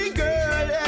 girl